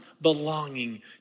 belonging